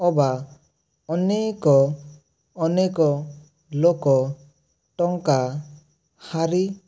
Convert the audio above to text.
ଅବା ଅନେକ ଅନେକ ଲୋକ ଟଙ୍କା ହାରିଥାନ୍ତି